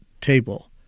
table